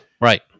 right